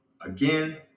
again